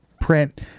print